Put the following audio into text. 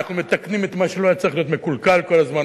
אנחנו מתקנים את מה שלא היה צריך להיות מקולקל כל הזמן?